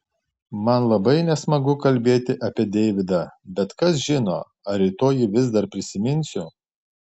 man labai nesmagu kalbėti apie deividą bet kas žino ar rytoj jį vis dar prisiminsiu